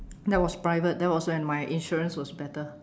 that was private that was when my insurance was better